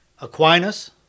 Aquinas